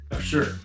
sure